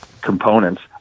components